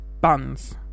buns